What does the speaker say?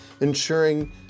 ensuring